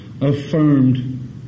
affirmed